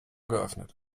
geöffnet